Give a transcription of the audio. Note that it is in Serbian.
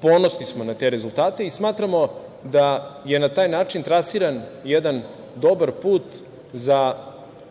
ponosni smo na te rezultate i smatramo da je na taj način trasiran jedan dobar put za